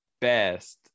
best